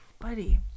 buddy